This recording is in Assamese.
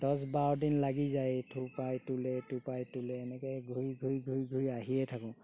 দহ বাৰ দিন লাগি যায় ইটোৰপৰা ইটোলৈ ইটোৰপৰা ইটোলৈ এনেকৈ ঘূৰি ঘূৰি ঘূৰি ঘূৰি আহিয়ে থাকোঁ